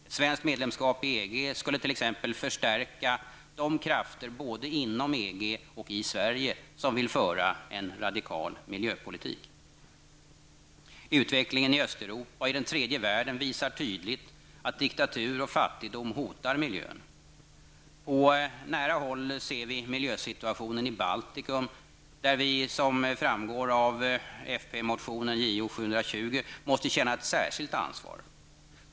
Ett svenskt medlemskap i EG skulle t.ex. förstärka de krafter både inom EG och i Sverige som vill föra en radikal miljöpolitik. Utvecklingen i Östeuropa och i den tredje världen visar tydligt att dikatur och fattigdom hotar miljön. På nära håll ser vi miljösituationen i Baltikum, där vi som framgår av fp-motionen Jo720 måste känna ett särskilt ansvar.